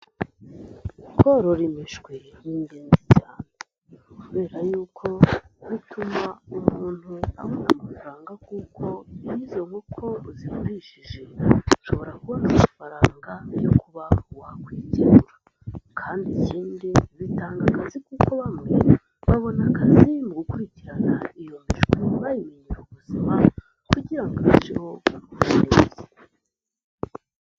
Korora imishwi ni ingenzi cyane kubera yuko bituma umuntu abonaa amafaranga kuko iyo izo nkoko uzigurishije ushobora kubona amafaranga yo kuba wakwigira. Kandi ikindi bitanga akazi kuko bamwe babona akazi mu gukurikirana iyo mishwi bayimenyera ubuzima kugira ngo irusheho kugira ubuzima bwiza.